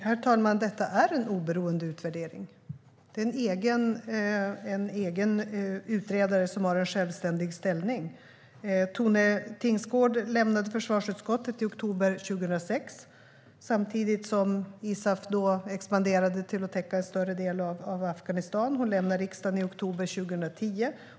Herr talman! Det är en oberoende utvärdering. Den görs av en utredare som har en självständig ställning. Tone Tingsgård lämnade försvarsutskottet i oktober 2006, samtidigt som ISAF expanderade till att täcka en större del av Afghanistan. Hon lämnade riksdagen i oktober 2010.